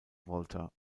volta